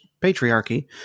patriarchy